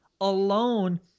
alone